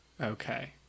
Okay